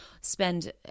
spend